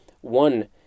one